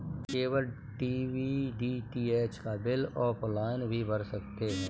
cable TV DTH का bill offline भी भर सकते हैं